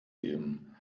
geben